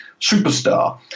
superstar